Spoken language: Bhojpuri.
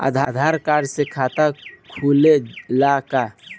आधार कार्ड से खाता खुले ला का?